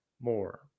more